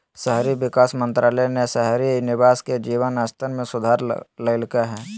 शहरी विकास मंत्रालय ने शहरी निवासी के जीवन स्तर में सुधार लैल्कय हइ